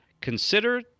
Consider